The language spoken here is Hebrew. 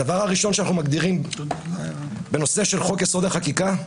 הדבר הראשון שאנחנו מגדירים בנושא חוק-יסוד: החקיקה,